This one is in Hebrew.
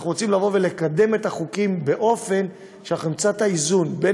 אנחנו רוצים לקדם את החוקים באופן שנמצא את האיזון בין